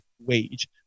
wage